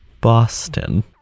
Boston